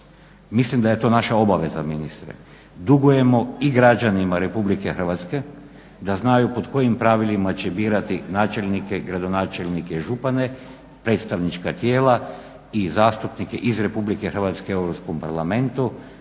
Mislim da je to naša obaveza ministre. Dugujemo i građanima RH da znaju po kojim pravilima će birati načelnike, gradonačelnike, župane, predstavnička tijela i zastupnike iz RH u EU parlamentu,